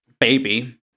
Baby